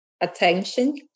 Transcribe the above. attention